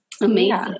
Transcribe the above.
Amazing